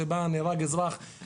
לא ניתנים שירותי דואר בנגב,